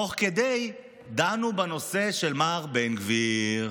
תוך כדי דנו בנושא של מר בן גביר.